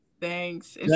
Thanks